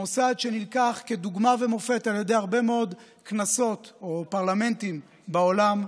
מוסד שנלקח כדוגמה ומופת על ידי הרבה מאוד כנסות או פרלמנטים בעולם,